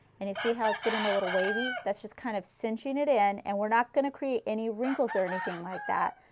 and you see how it's getting a little wavy. that's just kind of cinching it in and we are not going to create any wrinkles or anything like that.